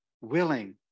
willing